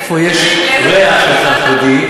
איפה יש ריח של חרדי,